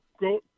go